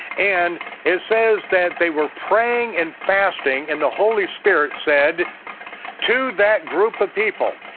and it says that they were praying and fasting, and the holy spirit said to that group of people,